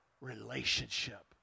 relationship